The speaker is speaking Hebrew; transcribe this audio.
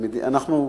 אנחנו,